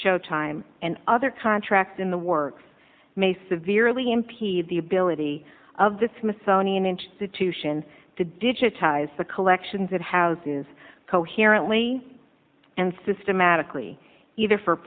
showtime and other contracts in the works may severely impede the ability of the smithsonian institution to digitize the collections it has news coherently and systematically either for